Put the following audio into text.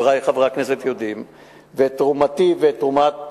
וחברי חברי הכנסת יודעים את תרומתי ואת תרומת